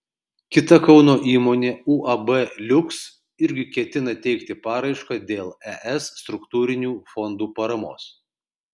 kita kauno įmonė uab liuks irgi ketina teikti paraišką dėl es struktūrinių fondų paramos